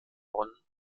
bonn